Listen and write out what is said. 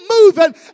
moving